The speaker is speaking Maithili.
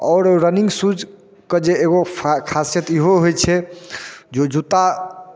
आओर रनिंग सूजके जे एगो फा खासियत इहो होइ छै जे ओ जूता